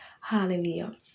Hallelujah